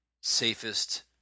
safest